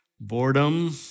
boredom